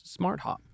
SmartHop